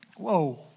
Whoa